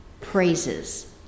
praises